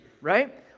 right